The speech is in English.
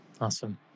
Awesome